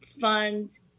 funds